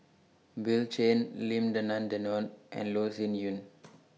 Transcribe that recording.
Bill Chen Lim Denan Denon and Loh Sin Yun